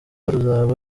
ruzaba